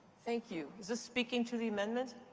thank you. is this speaking to the amendment?